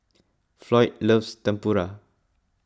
Floyd loves Tempura